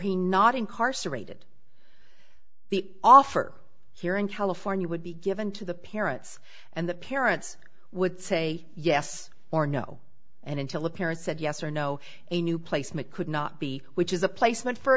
he not incarcerated the offer here in california would be given to the parents and the parents would say yes or no and until a parent said yes or no a new placement could not be which is a placement for